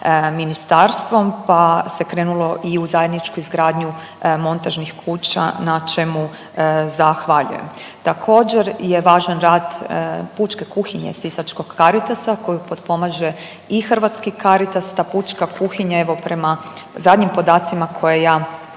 ministarstvom, pa se krenulo i u zajedničku izgradnju montažnih kuća na čemu zahvaljujem. Također je važan rad pučke kuhinje sisačkog Caritasa koju potpomaže i Hrvatski caritas. Ta pučka kuhinja evo prema zadnjim podacima koje ja